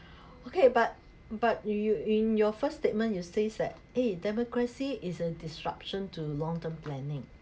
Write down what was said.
okay but but you you in your first statement you say that !hey! democracy is a disruption to long term planning